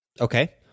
Okay